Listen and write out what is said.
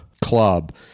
club